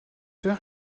père